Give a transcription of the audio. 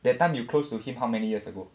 that time you close to him how many years ago